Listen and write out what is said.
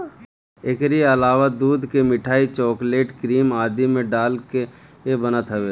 एकरी अलावा दूध के मिठाई, चोकलेट, क्रीम आदि में डाल के बनत हवे